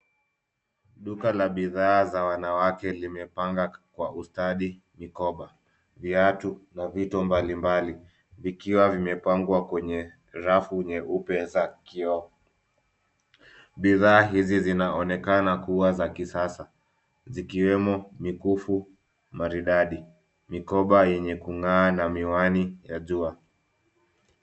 Duka la bidhaa za wanawake limepanga kwa ustadi mikoba, viatu na vitu mbalimbali. Vikiwa vimepangwa kwenye rafu nyeupe za kioo. Bidhaa hizi zinaonekana kuwa za kisasa. Zikiwemo mikufu maridadi, mikoba yenye kung'aa na miwani ya jua.